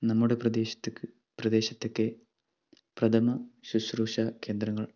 നമ്മുടെ പ്രദേശത്ത് പ്രദേശത്തൊക്കെ പ്രഥമ സുശ്രൂഷാ കേന്ദ്രങ്ങൾ